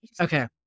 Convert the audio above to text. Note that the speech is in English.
Okay